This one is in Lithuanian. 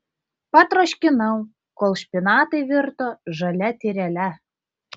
patroškinau kol špinatai virto žalia tyrele